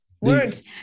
Words